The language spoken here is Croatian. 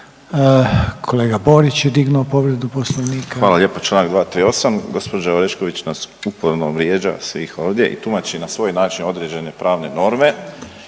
Kolega Borić je digao povredu Poslovnika. **Borić, Josip (HDZ)** Hvala lijepa, čl. 238. Gđa. Orešković nas uporno vrijeđa svih ovdje i tumači na svoj način određene pravne norme,